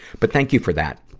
but thank you for that.